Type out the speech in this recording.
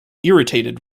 irritated